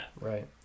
Right